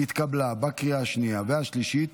התקבלה בקריאה השנייה והשלישית,